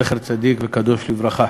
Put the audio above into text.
זכר צדיק וקדוש לברכה.